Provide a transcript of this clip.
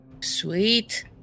Sweet